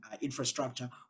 infrastructure